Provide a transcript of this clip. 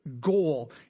goal